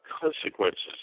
consequences